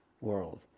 world